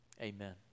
Amen